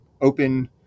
open